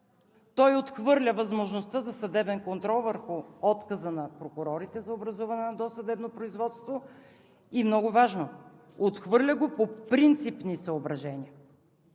Той отхвърля възможността за съдебен контрол върху отказа на прокурорите за образуване на досъдебно производство, и нещо много важно – отхвърля го по принципни съображения.